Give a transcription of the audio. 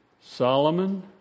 Solomon